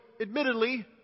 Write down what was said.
admittedly